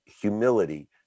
humility